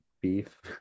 beef